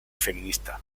feminista